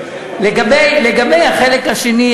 לגבי החלק השני,